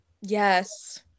Yes